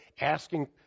asking